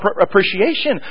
appreciation